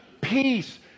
Peace